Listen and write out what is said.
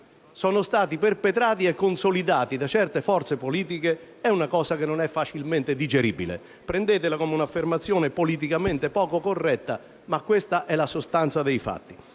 è stata perpetrata e consolidata da certe forze politiche, è una cosa non facilmente digeribile. Prendetela come un'affermazione politicamente poco corretta, ma questa è la sostanza dei fatti.